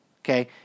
Okay